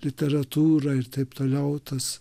literatūrą ir taip toliau tas